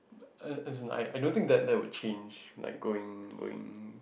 uh uh as in I I don't think that that will change like going going